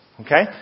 Okay